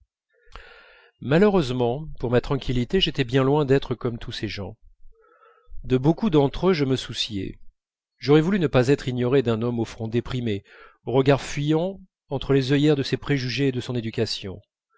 malheureusement pour ma tranquillité j'étais bien loin d'être comme tous ces gens de beaucoup d'entre eux je me souciais j'aurais voulu ne pas être ignoré d'un homme au front déprimé au regard fuyant entre les œillères de ses préjugés et de son éducation